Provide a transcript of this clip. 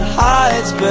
hides